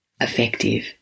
effective